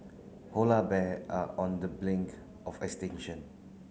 polar bear are on the blink of extinction